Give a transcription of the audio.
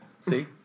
See